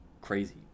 crazy